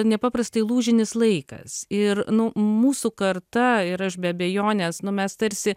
nepaprastai lūžinis laikas ir nu mūsų karta ir aš be abejonės nu mes tarsi